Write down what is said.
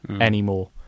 anymore